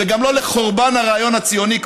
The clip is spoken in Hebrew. וגם לא לחורבן הרעיון הציוני,